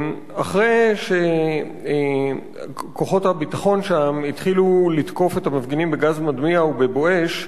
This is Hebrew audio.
אחרי שכוחות הביטחון שם התחילו לתקוף את המפגינים בגז מדמיע ובבואש,